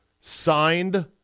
signed